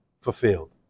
fulfilled